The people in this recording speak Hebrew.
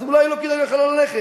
אז אולי לא כדאי לך ללכת.